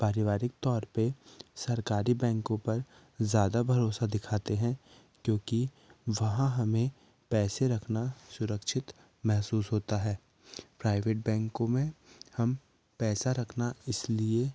पारिवारिक तौर पे सरकारी बैंकों पर ज़्यादा भरोसा दिखाते हैं क्योंकि वहाँ हमे पैसे रखना सुरक्षित महसूस होता है प्राइवेट बैंकों में हम पैसा रखना इसलिए